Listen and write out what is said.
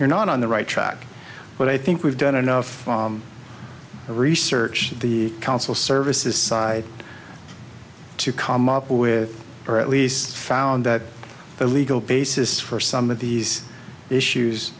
you're not on the right track but i think we've done enough research the council services side to come up with or at least found that the legal basis for some of these issues